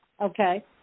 Okay